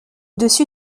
dessus